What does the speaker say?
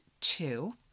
two